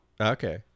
Okay